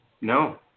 No